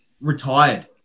retired